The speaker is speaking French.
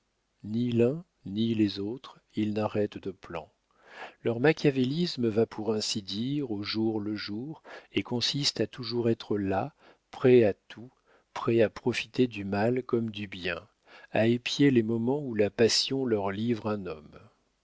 ni l'un ni les autres ils n'arrêtent de plan leur machiavélisme va pour ainsi dire au jour le jour et consiste à toujours être là prêts à tout prêts à profiter du mal comme du bien à épier les moments où la passion leur livre un homme